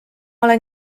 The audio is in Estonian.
olen